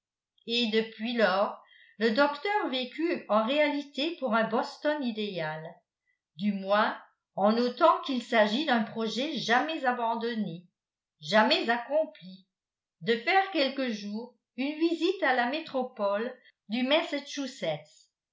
et depuis lors le docteur vécut en réalité pour un boston idéal du moins en autant qu'il s'agit d'un projet jamais abandonné jamais accompli de faire quelque jour une visite à la métropole du